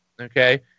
okay